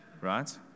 Right